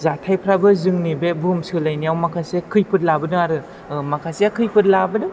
जाथायफ्राबो जोंनि बे बुहुम सोलायनायाव माखासे खैफोद लाबोदों आरो माखासेया खैफोद लाबोदों